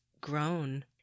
grown